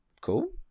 Cool